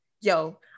Yo